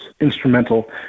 instrumental